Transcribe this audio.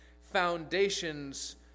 foundations